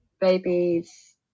babies